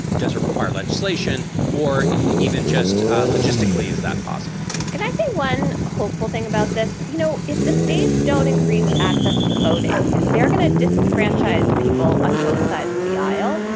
does it require legislation or even just logistically, is that possible? and i think one hopeful thing about this. you know, if the states don't increase access to voting, they're going to disenfranchise people on both sides of the aisle.